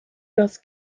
das